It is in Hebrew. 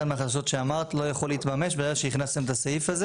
מהחששות שאמרת לא יכול להתממש בגלל שהכנסתם את הסעיף הזה